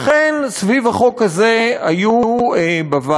לכן, סביב החוק הזה היו בוועדה,